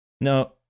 No